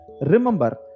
Remember